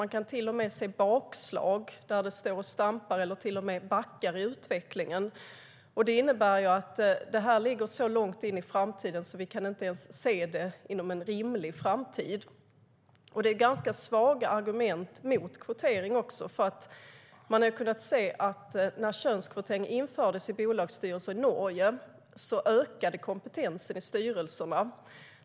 Vi kan även se bakslag där detta står och stampar eller till och med backar i utvecklingen, vilket innebär att det här ligger så långt in i framtiden att vi inte ens kan se det inom rimlig tid. Det är också ganska svaga argument emot kvotering. Man har nämligen kunnat se att kompetensen i styrelserna ökade när könskvotering av bolagsstyrelser infördes i Norge.